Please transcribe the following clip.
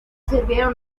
sirvieron